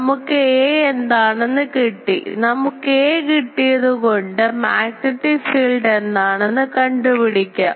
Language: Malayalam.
നമുക്ക് a എന്താണെന്ന് കിട്ടി നമുക്ക് a കിട്ടിയതുകൊണ്ട് മാഗ്നെറ്റിക് ഫീൽഡ് എന്താണെന്ന് കണ്ടുപിടിക്കാം